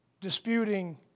Disputing